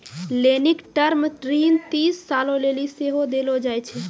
लेनिक टर्म ऋण तीस सालो लेली सेहो देलो जाय छै